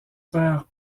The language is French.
père